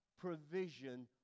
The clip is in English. provision